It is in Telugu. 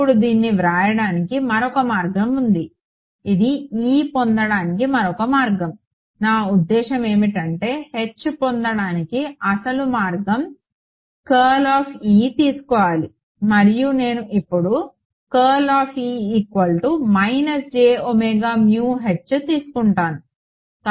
ఇప్పుడు దీన్ని వ్రాయడానికి మరొక మార్గం ఉంది ఇది E పొందడానికి మరొక మార్గం నా ఉద్దేశ్యం ఏమిటంటే H పొందడానికి అసలు మార్గం ⛛X కర్ల్ of E తీసుకోవాలి మరియు నేను ఇప్పుడు తీసుకుంటాను